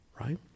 right